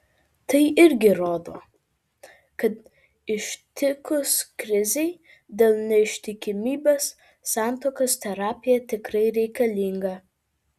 tai irgi rodo kad ištikus krizei dėl neištikimybės santuokos terapija tikrai reikalinga